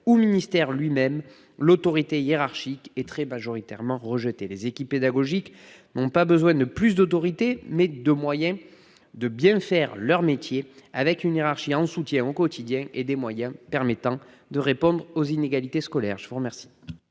ministère lui-même, montrent que l'autorité hiérarchique est très majoritairement rejetée. Les équipes pédagogiques ont besoin non pas de plus d'autorité, mais de plus de moyens pour bien faire leur métier, avec une hiérarchie en soutien au quotidien et des moyens permettant de répondre aux inégalités scolaires. Quel